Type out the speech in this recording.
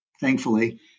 thankfully